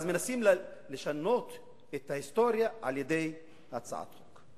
אז מנסים לשנות את ההיסטוריה על-ידי הצעת חוק.